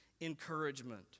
encouragement